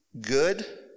good